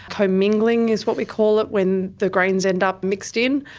co-mingling is what we call it when the grains end up mixed in,